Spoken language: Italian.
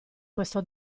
questo